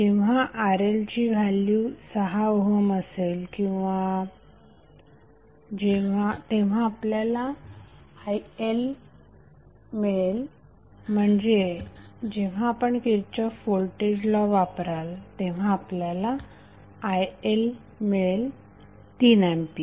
जेव्हा RL ची value 6 ohm असेल तेव्हा आपल्याला IL मिळेल म्हणजे जेव्हा आपण किरचॉफ व्होल्टेज लॉ वापराल तेव्हा आपल्याला IL मिळेल 3A